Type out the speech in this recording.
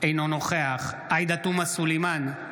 אינו נוכח עאידה תומא סלימאן,